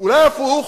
אולי הפוך?